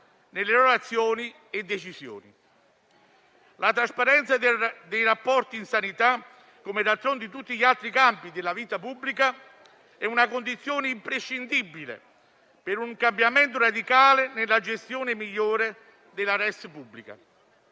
nelle loro azioni e decisioni. La trasparenza dei rapporti in sanità, come d'altronde in tutti gli altri campi della vita pubblica, è una condizione imprescindibile per un cambiamento radicale nella gestione migliore della *res publica*.